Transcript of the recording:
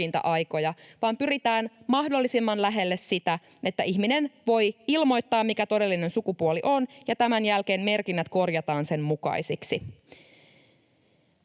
vaan pyritään mahdollisimman lähelle sitä, että ihminen voi ilmoittaa, mikä todellinen sukupuoli on, ja tämän jälkeen merkinnät korjataan sen mukaisiksi.